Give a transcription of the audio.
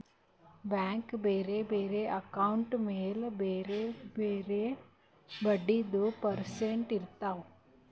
bank ಬ್ಯಾರೆ ಬ್ಯಾರೆ account ಮ್ಯಾಲ ಬ್ಯಾರೆ ಬ್ಯಾರೆ ಬಡ್ಡಿದು ಪರ್ಸೆಂಟ್ ಇರ್ತಾವ್